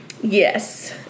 Yes